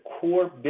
core